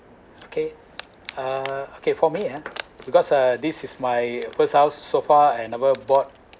okay uh okay for me ah because uh this is my first house so far I've ever bought